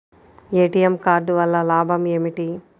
ATM card వల్ల లాభం ఏమిటి?